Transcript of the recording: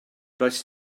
does